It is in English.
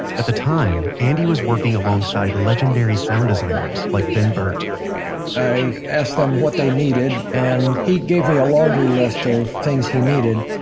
at the time andy was working alongside legendary sound designers like ben burtt i asked them what they needed and he gave me a laundry list of things he needed.